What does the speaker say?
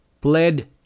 pled